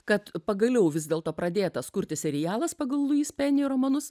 kad pagaliau vis dėlto pradėtas kurti serialas pagal luis peni romanus